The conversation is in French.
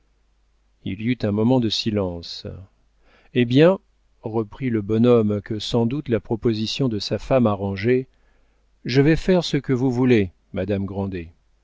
il y eut un moment de silence eh bien reprit le bonhomme que sans doute la proposition de sa femme arrangeait je vais faire ce que vous voulez madame grandet